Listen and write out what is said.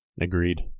Agreed